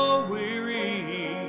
weary